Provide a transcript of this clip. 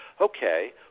okay